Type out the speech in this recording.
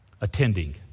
attending